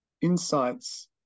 insights